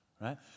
Right